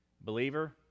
Believer